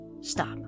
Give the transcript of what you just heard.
Stop